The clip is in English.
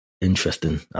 interesting